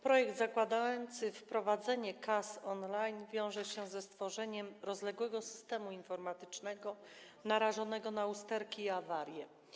Projekt zakładający wprowadzenie kas on-line wiąże się ze stworzeniem rozległego systemu informatycznego narażonego na usterki i awarie.